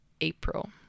April